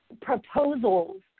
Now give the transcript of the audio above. Proposals